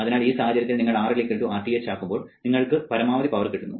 അതിനാൽ ഈ സാഹചര്യങ്ങളിൽ നിങ്ങൾ RL Rth ആക്കുമ്പോൾ നിങ്ങൾക്കു പരമാവധി പവർ കിട്ടുന്നു